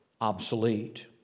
obsolete